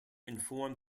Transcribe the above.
inform